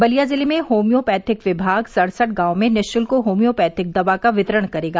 बलिया जिले में होम्योपैथिक विभाग सडसठ गांवों में निःशल्क होम्योपैथिक दवा का वितरण करेगा